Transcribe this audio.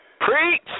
Preach